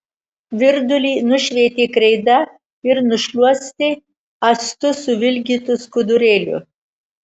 virdulį nušveitė kreida ir nušluostė actu suvilgytu skudurėliu